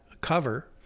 cover